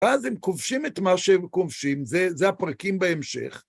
ואז הם כובשים את מה שהם כובשים, זה זה הפרקים בהמשך.